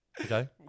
Okay